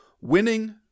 winning